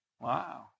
Wow